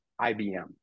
IBM